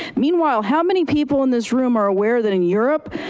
meanwhile, how many people in this room are aware that in europe,